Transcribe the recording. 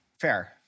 Fair